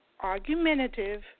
argumentative